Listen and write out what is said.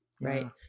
Right